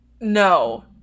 no